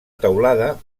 teulada